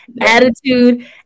Attitude